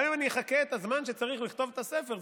גם אם אני אחכה את הזמן שצריך לכתוב את הספר,